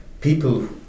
people